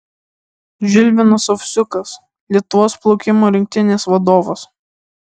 žilvinas ovsiukas lietuvos plaukimo rinktinės vadovas